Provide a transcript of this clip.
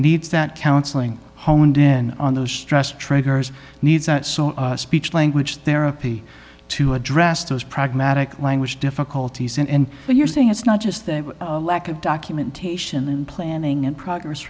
needs that counseling honed in on those stressed triggers needs speech language there a p to address those pragmatic language difficulties and you're saying it's not just the lack of documentation and planning and progress